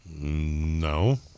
No